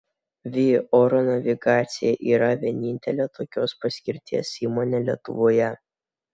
vį oro navigacija yra vienintelė tokios paskirties įmonė lietuvoje